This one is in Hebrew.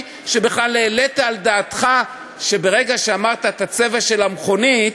שהעלית על דעתך בכלל שברגע שאמרת את הצבע של המכונית,